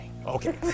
Okay